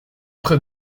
près